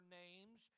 names